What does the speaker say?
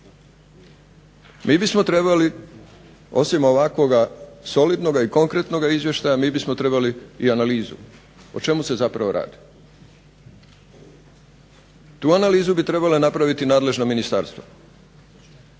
Mi bismo trebali osim ovakvoga solidnoga i konkretnoga izvještaja mi bismo trebali i analizu. O čemu se zapravo radi? Tu analizu bi trebala napraviti nadležna ministarstva